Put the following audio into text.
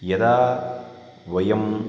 यदा वयम्